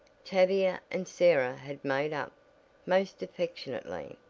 tavia and sarah had made up most affectionately.